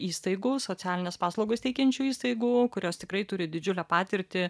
įstaigų socialines paslaugas teikiančių įstaigų kurios tikrai turi didžiulę patirtį